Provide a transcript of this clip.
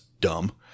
dumb